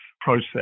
process